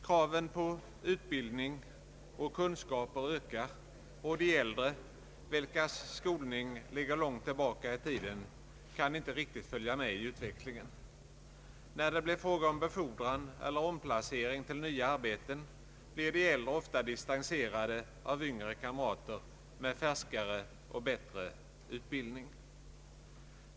Kraven på utbildning och kunskaper ökar, och de äldre, vilkas skolning ligger långt tillbaka i tiden, kan inte riktigt följa med i utvecklingen. När det blir fråga om befordran eller omplacering till nya arbeten blir de äldre ofta distanserade av yngre kamrater med färskare och bättre utbildning.